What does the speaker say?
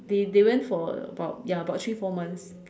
they they went for about ya about three four months